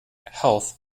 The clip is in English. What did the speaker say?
health